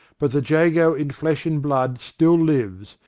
but the jago in flesh and blood still lives,